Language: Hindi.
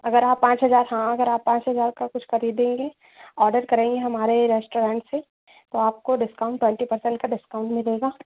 अगर आप पाँच हज़ार का हाँ अगर आप पाँच हज़ार का कुछ ख़रीदेंगे ऑर्डर करेंगे हमारे ही रेस्टूरेंट से तो आपको डिस्काउंट ट्वेंटी पर्सेंट का डिस्काउंट मिलेगा